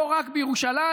לא רק בירושלים,